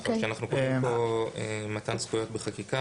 אנחנו כותבים כאן מתן זכויות בחקיקה